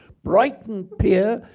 brighton pier,